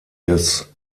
des